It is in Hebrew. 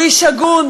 הוא איש הגון,